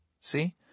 See